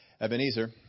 Ebenezer